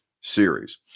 series